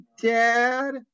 Dad